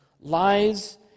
lies